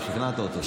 שכנעת אותו.